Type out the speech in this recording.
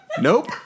nope